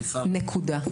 נקודה.